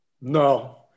No